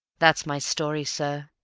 that's my story, sir